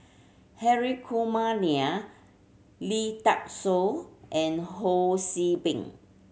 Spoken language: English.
Hri Kumar Nair Lee Dai Soh and Ho See Beng